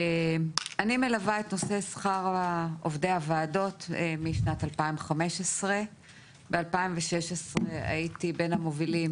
אני מלווה את נושא שכר עובדי הוועדות משנת 2015. ב-2016 הייתי בין המובילים